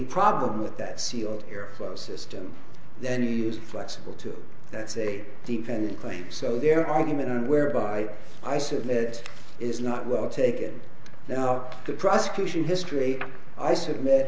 problem with that sealed air flow system then it is flexible to that's a dependent claim so their argument and whereby i submit is not well taken the prosecution history i submit